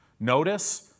Notice